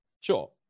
sure